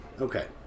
Okay